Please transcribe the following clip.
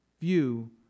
view